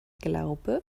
glaube